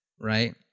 right